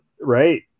right